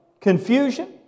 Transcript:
confusion